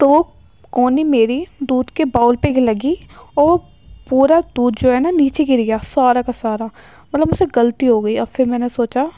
تو وہ کہنی میری دودھ کے باؤل پہ لگی اور پورا دودھ جو ہے نا نیچے گر گیا سارا کا سارا مطلب مجھ سے غلطی ہو گئی اور پھر میں نے سوچا